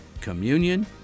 communion